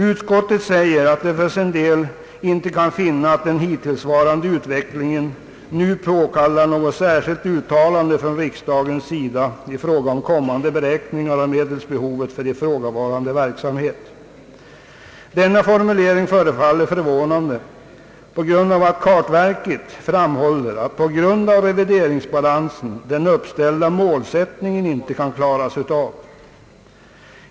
Utskottet säger att det för sin del inte kan finna att den hittillsvarande utvecklingen nu påkallar något särskilt uttalande från riksdagens sida i fråga om kommande beräkningar av medelsbehovet för ifrågavarande verksamhet. Denna formulering förefaller förvånande, eftersom kartverket framhåller att på grund av revideringsbalansen den uppställda målsättningen inte kan klaras av.